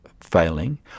failing